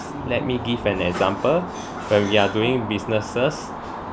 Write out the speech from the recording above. let me give an example when we are doing businesses